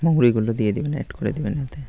মৌরিগুলো দিয়ে দিবেন অ্যাড করে দিবেন ওতে